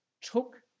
took